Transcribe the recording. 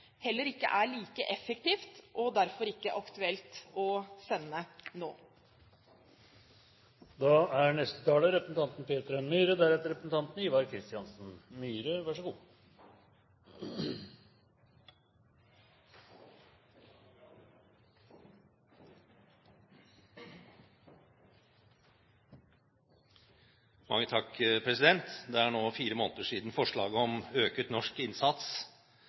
heller ikke er like effektivt, og derfor ikke er aktuelt å sende nå. Det er nå fire måneder siden forslaget om økt norsk innsats